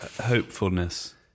hopefulness